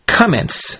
comments